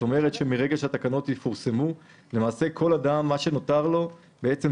כלומר מרגע שהתקנות יפורסמו נותר לכל אדם לרכוש